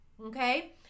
Okay